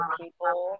people